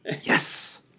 yes